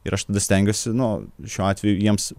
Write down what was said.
ir aš tada stengiuosi nu šiuo atveju jiems